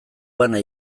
bana